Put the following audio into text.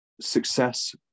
success